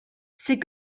c’est